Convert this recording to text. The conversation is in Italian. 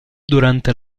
durante